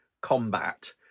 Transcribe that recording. combat